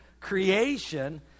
creation